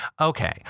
okay